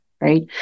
Right